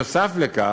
נוסף על כך,